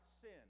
sin